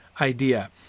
idea